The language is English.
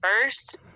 first